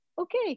okay